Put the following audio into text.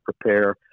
prepare